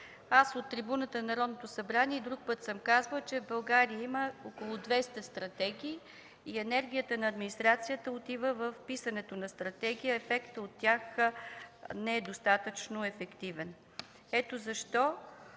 От трибуната на Народното събрание и друг път съм казвала, че в България има около 200 стратегии и енергията на администрацията отива в писането на стратегии, а ефектът от тях не е достатъчно полезен. Ето защо